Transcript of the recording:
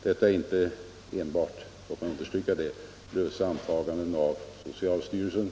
Och låt mig då understryka att detta är inte lösa antaganden av socialstyrelsen.